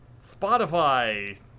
Spotify